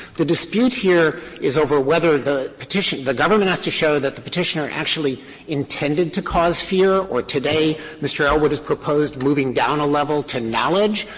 the dispute here is over whether the petitioner the government has to show that the petitioner actually intended to cause fear or today mr. elwood has proposed moving down a level to knowledge.